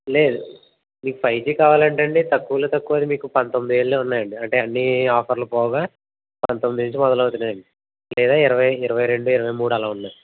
లేదు మీకు five G కావాలంటే అండి తక్కువలో తక్కువ అది పంతొమ్మిది వేలలో ఉన్నాయండి అంటే అన్ని ఆఫర్లు పోగా పంతొమ్మిది నుంచి మొదలవుతున్నాయ్ అండి లేదా ఇరవై ఇరవై రెండు ఇరవై మూడు అలా ఉన్నాయ్